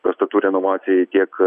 pastatų renovacijai tiek